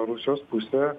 rusijos pusė